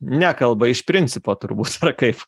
nekalba iš principo turbūt ar kaip